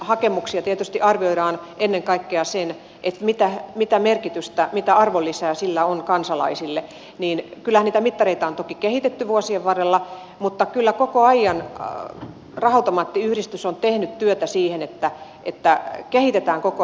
hakemuksia tietysti arvioidaan ennen kaikkea sen mukaan mitä merkitystä mitä arvonlisää sillä on kansalaisille ja kyllähän niitä mittareita on toki kehitetty vuosien varrella mutta kyllä koko ajan raha automaattiyhdistys on tehnyt työtä sen eteen että kehitetään koko ajan tätä arviointijärjestelmää